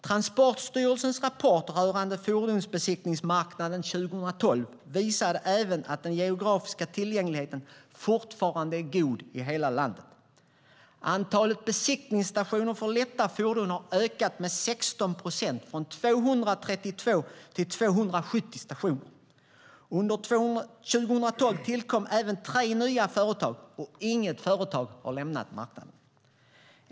Transportstyrelsens rapport rörande fordonsbesiktningsmarknaden 2012 visade även att den geografiska tillgängligheten fortfarande är god i hela landet. Antalet besiktningsstationer för lätta fordon har ökat med 16 procent från 232 till 270 stationer. Under 2012 tillkom även tre nya företag, och inget företag har lämnat marknaden.